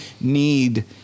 need